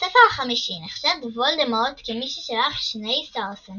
בספר החמישי נחשד וולדמורט כמי ששלח שני סוהרסנים